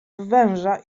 węża